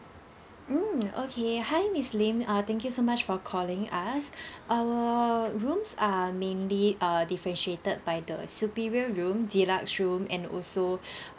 mm okay hi miss lim uh thank you so much for calling us our rooms are mainly are differentiated by the superior room deluxe room and also